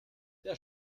der